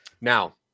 Now